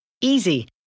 Easy